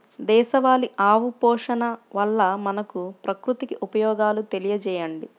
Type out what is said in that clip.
దేశవాళీ ఆవు పోషణ వల్ల మనకు, ప్రకృతికి ఉపయోగాలు తెలియచేయండి?